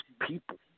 people